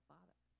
Father